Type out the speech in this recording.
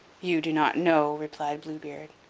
you do not know! replied blue beard.